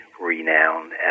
renowned